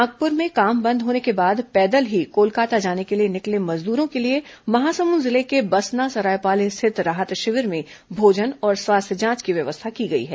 नागपुर में काम बंद होने के बाद पैदल ही कोलकाता जाने के लिए निकले मजदूरों के लिए महासमुंद जिले के बसना सरायपाली स्थित राहत शिविर में भोजन और स्वास्थ्य जांच की व्यवस्था की गई है